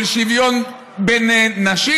של שוויון לנשים?